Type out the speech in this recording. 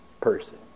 person